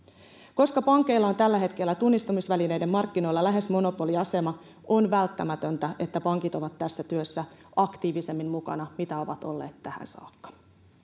koska pankeilla on tällä hetkellä tunnistamisvälineiden markkinoilla lähes monopoliasema on välttämätöntä että pankit ovat tässä työssä aktiivisemmin mukana kuin ovat olleet tähän saakka